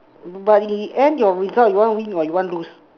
but in the end your results you want win or you want lose